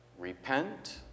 Repent